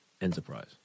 enterprise